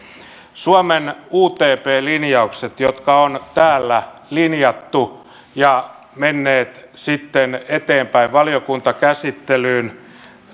suomen utp linjaukset transatlanttisten suhteiden tilasta jotka on täällä linjattu ja jotka ovat menneet sitten eteenpäin valiokuntakäsittelyyn